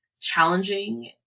challenging